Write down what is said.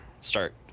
start